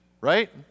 right